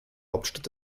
hauptstadt